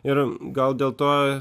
ir gal dėl to